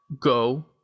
go